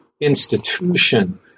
institution